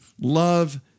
love